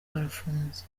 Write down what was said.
barafunze